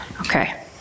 Okay